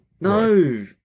No